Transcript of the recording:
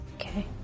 Okay